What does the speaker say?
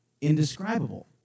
indescribable